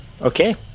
Okay